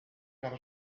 par